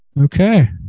Okay